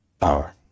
power